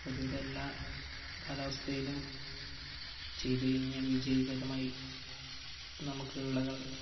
ഒരുവിധം എല്ലാ കാലവസ്ഥയിലും ചെയ്തു കഴിഞ്ഞാല് വിജയകരമായി നമുക്ക് വിളകള്